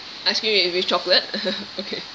ice cream with with chocolate okay